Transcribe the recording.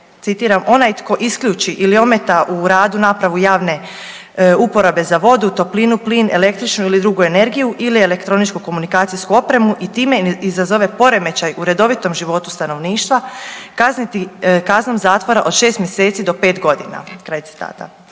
citiram: „Onaj tko isključi ili ometa u radu napravu javne uporabe za vodu, toplinu, plin, električnu ili drugu energiju ili elektroničko-komunikacijsku opremu i time izazove poremećaj u redovitom životu stanovništva kazniti kaznom zatvora od 6 mjeseci do 5 godina“. Kraj citata